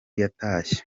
yatashye